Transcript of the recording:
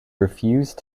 refuse